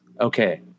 okay